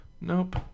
Nope